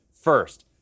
first